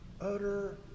utter